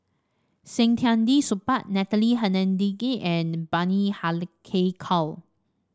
Saktiandi Supaat Natalie Hennedige and Bani Haykal